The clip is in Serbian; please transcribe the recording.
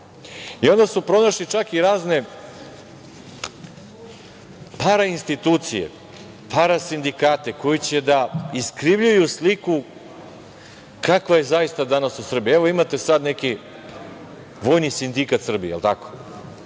su pronašli čak i razne parainstitucije, parasindikate, koji će da iskrivljuju sliku kakva je zaista danas u Srbiji. Evo, imate sad neki Vojni sindikat Srbije, je li tako?